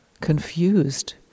confused